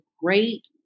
great